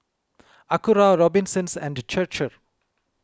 Acura Robinsons and Chir Chir